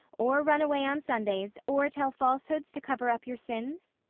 or run away on sundays, or tell falsehoods to cover up your sins?